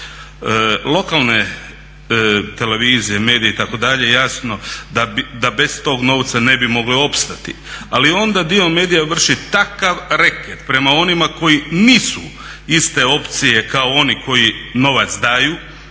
Lokalne televizije, mediji itd. jasno da bez tog novca ne bi mogle opstati ali onda dio medija vrši takav reket prema onima koji nisu iste opcije kao oni novac daju,